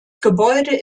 gebäude